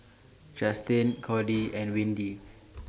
Justin Cordie and Windy